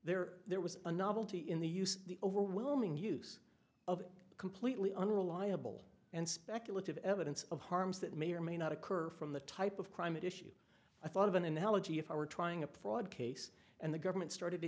there there was a novelty in the use the overwhelming use of completely unreliable and speculative evidence of harms that may or may not occur from the type of crime issue i thought of an analogy if i were trying a product and the government started to